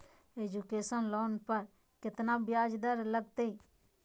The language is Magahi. एजुकेशन लोन पर केतना ब्याज दर लगतई?